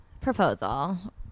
proposal